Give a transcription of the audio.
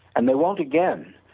and they won't again,